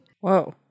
Whoa